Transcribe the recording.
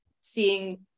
seeing